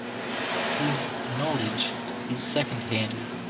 his knowledge is second-handed